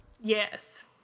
Yes